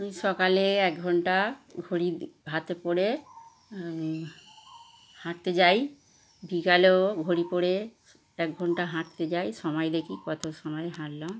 আমি সকালে এক ঘন্টা ঘড়ি হাতে পরে হাঁটতে যাই বিকালেও ঘড়ি পরে এক ঘন্টা হাঁটতে যাই সময় দেখি কতো সময় হাঁটলাম